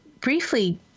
briefly